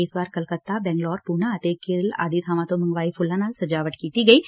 ਇਸ ਵਾਰ ਕਲਕੱਤਾ ਬੰਗਲੌਰ ਪੁਨਾ ਅਤੇ ਕੇਰਲਾ ਆਦਿ ਬਾਵਾਂ ਤੋਂ ਮੰਗਵਾਏ ਗਏ ਫੁੱਲਾਂ ਨਾਲ ਸਜਾਵਟ ਕੀਤੀ ਗਈ ਐ